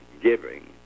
giving